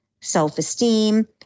self-esteem